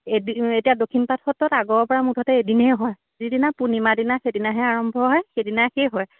এতিয়া দক্ষিণপাট সত্ৰত আগৰপৰা মুঠতে এদিনেই হয় যিদিনা পূৰ্ণিমা দিনা সেইদিনাহে আৰু আৰম্ভ হয় সেইদিনাই শেষ হয়